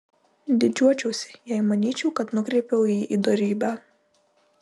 didžiuočiausi jei manyčiau kad nukreipiau jį į dorybę